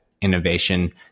innovation